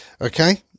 Okay